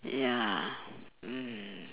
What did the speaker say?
ya mm